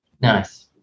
Nice